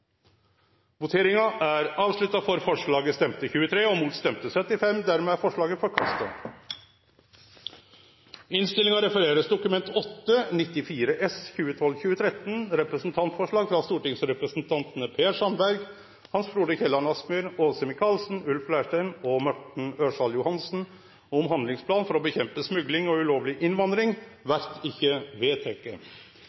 Kristeleg Folkeparti og Venstre. Forslaget lyder: «Dokument 8:94 S – representantforslag fra stortingsrepresentantene Per Sandberg, Hans Frode Kielland Asmyhr, Åse Michaelsen, Ulf Leirstein og Morten Ørsal Johansen om handlingsplan for å bekjempe smugling og ulovlig innvandring